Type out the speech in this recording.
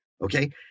Okay